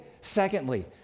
Secondly